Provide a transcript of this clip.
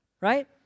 right